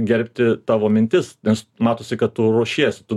gerbti tavo mintis nes matosi kad tu ruošiesi tu